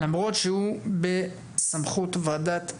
למרות שהוא בסמכות ועדת המשנה.